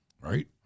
right